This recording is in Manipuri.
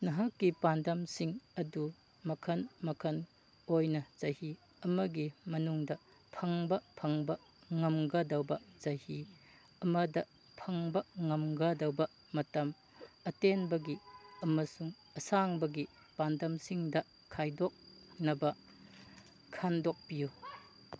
ꯅꯍꯥꯛꯀꯤ ꯄꯥꯟꯗꯝꯁꯤꯡ ꯑꯗꯨ ꯃꯈꯜ ꯃꯈꯜ ꯑꯣꯏꯅ ꯆꯍꯤ ꯑꯃꯒꯤ ꯃꯅꯨꯡꯗ ꯐꯪꯕ ꯐꯪꯕ ꯉꯝꯒꯗꯕ ꯆꯍꯤ ꯑꯃꯗ ꯐꯪꯕ ꯉꯝꯒꯗꯧꯕ ꯃꯇꯝ ꯑꯇꯦꯟꯕꯒꯤ ꯑꯃꯁꯨꯡ ꯑꯁꯥꯡꯕꯒꯤ ꯄꯥꯟꯗꯝꯁꯤꯡꯗ ꯈꯥꯏꯗꯣꯛꯅꯕ ꯈꯟꯗꯣꯛꯄꯤꯌꯨ